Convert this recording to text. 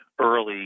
early